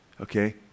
okay